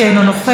אינו נוכח,